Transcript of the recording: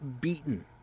beaten